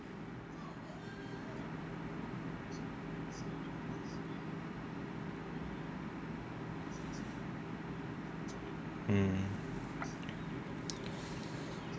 mm